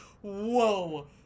Whoa